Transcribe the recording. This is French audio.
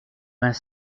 vingt